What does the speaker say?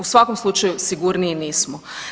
U svakom slučaju sigurniji nismo.